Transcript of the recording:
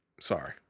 Sorry